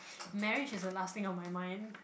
marriage is the last thing on my mind